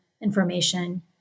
information